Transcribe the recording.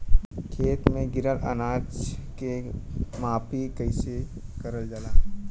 खेत में गिरल अनाज के माफ़ी कईसे करल जाला?